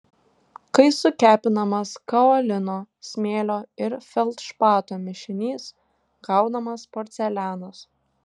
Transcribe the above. kai sukepinamas kaolino smėlio ir feldšpato mišinys gaunamas porcelianas